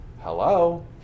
hello